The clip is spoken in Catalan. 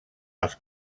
els